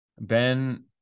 Ben